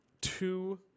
two